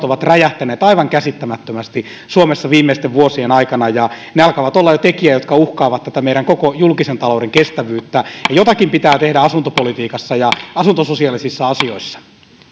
ovat räjähtäneet aivan käsittämättömästi suomessa viimeisten vuosien aikana ja ne alkavat olla jo tekijä joka uhkaa meidän koko julkisen talouden kestävyyttä jotakin pitää tehdä asuntopolitiikassa ja asuntososiaalisissa asioissa